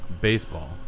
baseball